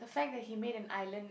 the fact that he made an island